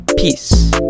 Peace